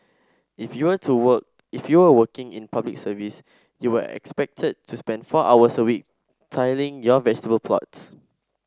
if you are to work if you were working in Public Service you were expected to spend four hours a week tilling your vegetable plots